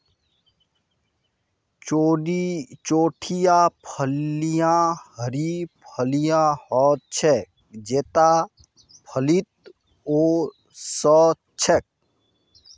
चौड़ीटा फलियाँ हरी फलियां ह छेक जेता फलीत वो स छेक